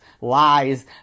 Lies